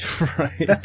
Right